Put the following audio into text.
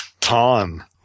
Tom